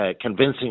convincing